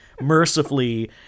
Mercifully